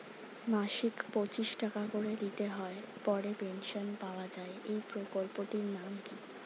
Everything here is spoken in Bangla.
মাসিক পঁচিশ টাকা করে দিতে হয় পরে পেনশন পাওয়া যায় এই প্রকল্পে টির নাম কি?